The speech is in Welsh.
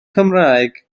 cymraeg